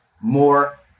more